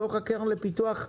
מתוך הקרן לפיתוח,